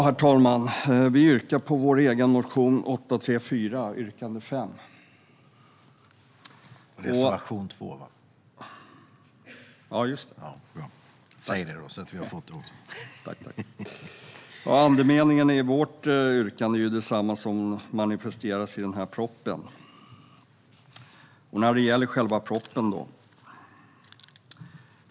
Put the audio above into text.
Herr talman! Vi yrkar bifall till vår egen motion 834, yrkande 5, det vill säga reservation 2. Andemeningen i vårt yrkande är detsamma som det som manifesteras i propositionen. Jag går nu över till att tala om själva propositionen.